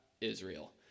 Israel